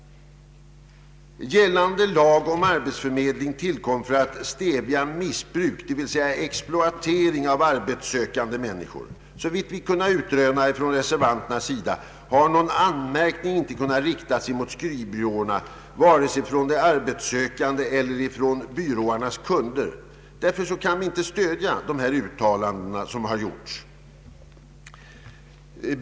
Gällande lag om arbetsförmedling tillkom för att stävja missbruk, d.v.s. exploatering av arbetssökande människor. Såvitt vi reservanter kunnat utröna har någon anmärkning inte kunnat riktas mot skrivbyråerna vare sig från de arbetssökande eller från byråernas kunder.